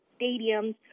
stadiums